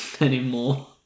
anymore